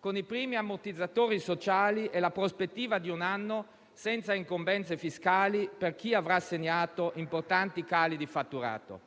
con i primi ammortizzatori sociali e la prospettiva di un anno senza incombenze fiscali per chi avrà segnato importanti cali di fatturato.